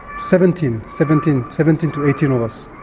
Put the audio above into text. seventeen, seventeen seventeen to eighteen of us,